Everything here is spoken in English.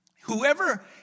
whoever